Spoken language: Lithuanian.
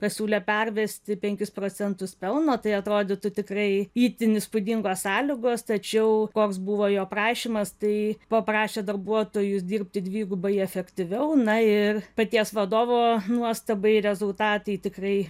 pasiūlė pervesti penkis procentus pelno tai atrodytų tikrai itin įspūdingos sąlygos tačiau koks buvo jo prašymas tai paprašė darbuotojus dirbti dvigubai efektyviau na ir paties vadovo nuostabai rezultatai tikrai